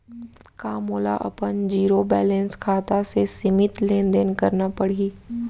का मोला अपन जीरो बैलेंस खाता से सीमित लेनदेन करना पड़हि?